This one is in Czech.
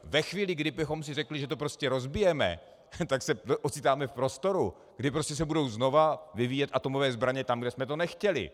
Ve chvíli, kdy bychom si řekli, že to prostě rozbijeme, tak se ocitáme v prostoru, kdy prostě se budou znovu vyvíjet atomové zbraně tam, kde jsme to nechtěli.